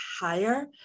higher